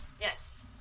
Yes